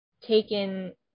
taken